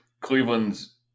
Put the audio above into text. Cleveland's